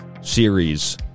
series